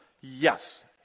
Yes